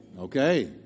Okay